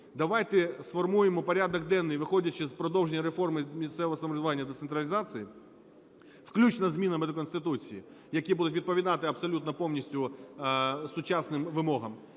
давайте сформуємо порядок денний, виходячи з продовження реформи місцевого самоврядування і децентралізації, включно із змінами до Конституції, які будуть відповідати абсолютно повністю сучасним вимогам,